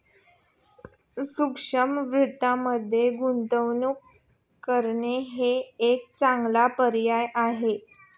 सूक्ष्म वित्तमध्ये गुंतवणूक करणे हा एक चांगला पर्याय आहे